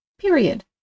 Period